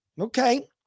Okay